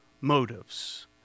motives